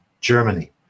Germany